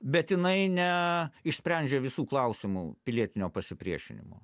bet jinai ne išsprendžia visų klausimų pilietinio pasipriešinimo